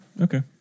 Okay